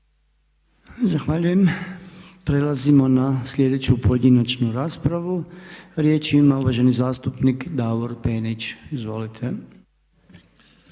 Zahvaljujem. Prelazimo na sljedeću pojedinačnu raspravu. Riječ ima uvaženi zastupnik Davor Penić. Izvolite.